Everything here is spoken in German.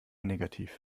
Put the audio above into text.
negativ